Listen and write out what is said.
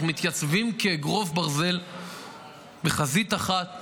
אנחנו מתייצבים כאגרוף ברזל בחזית אחת